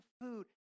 food